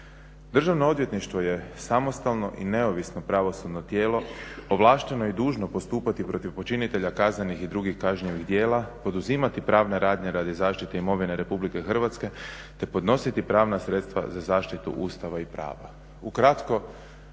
Državno odvjetništvo je samostalno i neovisno pravosudno tijelo ovlašteno i dužno postupati protiv počinitelja kaznenih i drugih kažnjivih djela, poduzimati pravne radnje radi zaštite imovine RH te podnositi pravna sredstva za zaštitu Ustava i prava.